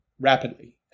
rapidly